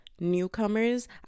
newcomers